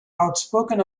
outspoken